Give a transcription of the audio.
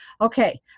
okay